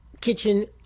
kitchen